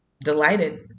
delighted